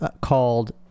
called